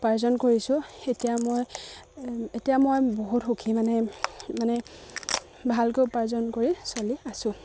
উপাৰ্জন কৰিছোঁ এতিয়া মই এতিয়া মই বহুত সুখী মানে মানে ভালকৈ উপাৰ্জন কৰি চলি আছোঁ